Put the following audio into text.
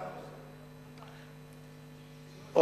ניצן רוצה.